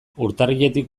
urtarriletik